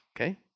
Okay